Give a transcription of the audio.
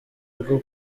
bwo